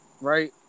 right